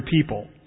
people